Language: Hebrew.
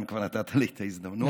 אם כבר נתת לי את ההזדמנות,